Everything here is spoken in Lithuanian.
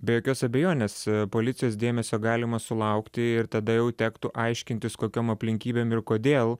be jokios abejonės policijos dėmesio galima sulaukti ir tada jau tektų aiškintis kokiom aplinkybėm ir kodėl